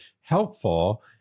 helpful